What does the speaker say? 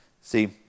See